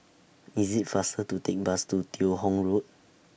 IS IT faster to Take Bus to Teo Hong Road